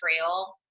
trail